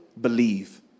believe